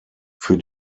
für